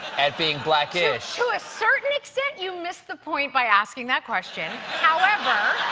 at being black-ish? to a certain extent you missed the point by asking that question. however.